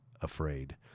afraid